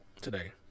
today